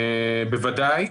בוודאי,